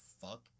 fuck